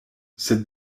cette